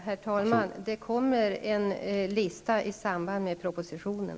Herr talman! Det kommer en lista i samband med propositionen.